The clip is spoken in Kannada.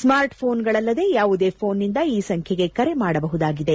ಸ್ನಾರ್ಟ್ ಪೋನ್ಗಳಲ್ಲದೆ ಯಾವುದೇ ಪೋನ್ನಿಂದ ಈ ಸಂಖ್ಯೆಗೆ ಕರೆ ಮಾಡಬಹುದಾಗಿದೆ